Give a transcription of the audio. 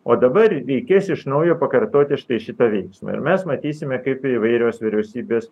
o dabar reikės iš naujo pakartoti štai šitą veiksmą ir mes matysime kaip įvairios vyriausybės